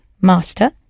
master